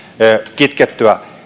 kitkettyä